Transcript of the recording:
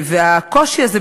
והקושי הזה,